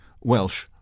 Welsh